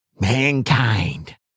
Mankind